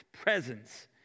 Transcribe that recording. presence